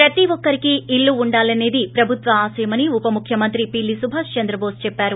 ప్రతి ఒక్కరికీ ఇల్లు ఉండాలనేది ప్రభుత్వ ఆశయమని ఉపముఖ్యమంత్రి మంత్రి పిల్లి సుభాష్ చంద్రబోస్ చెప్పారు